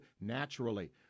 naturally